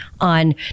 on